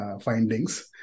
findings